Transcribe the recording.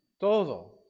Todo